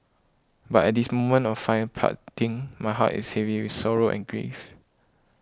but at this moment of fine parting my heart is heavy with sorrow and grief